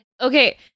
Okay